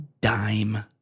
dime